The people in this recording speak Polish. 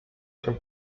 cię